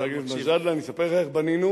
חבר הכנסת מג'אדלה, אני אספר לך איך בנינו